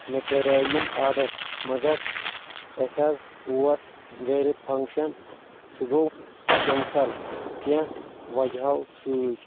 مےٚ کریے یِم آڈر مگر اسہِ حظ اوس گرِ فنٚکشن سُہ گوٚو کینسل کینٛہہ وجہو سۭتۍ